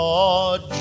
Lord